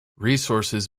resources